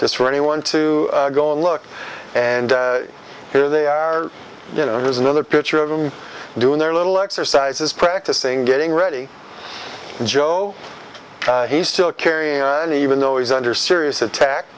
just for anyone to go and look and here they are you know there's another picture of him doing their little exercises practicing getting ready joe he's still carrying on even though he's under serious attack